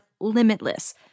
limitless